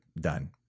Done